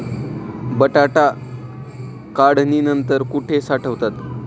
बटाटा काढणी नंतर कुठे साठवावा?